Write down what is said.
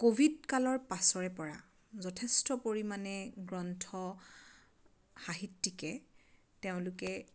ক'ভিডকালৰ পাছৰে পৰা যথেষ্ট পৰিমাণে গ্ৰন্থ সাহিত্যিকে তেওঁলোকে